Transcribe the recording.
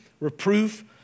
reproof